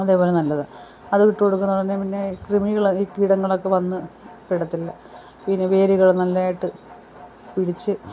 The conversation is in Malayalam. അതേ പോലെ നല്ലതാണ് അതും ഇട്ട് കൊടുക്കുക പിന്നെ കൃമികളും കീടങ്ങളൊക്കെ വന്ന് പെടത്തില്ല പിന്നെ വേരുകൾ നല്ലതായിട്ട് പിടിച്ച്